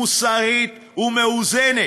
מוסרית ומאוזנת,